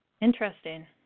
Interesting